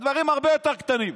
על דברים הרבה יותר קטנים.